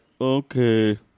okay